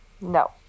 no